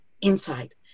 Inside